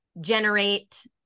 generate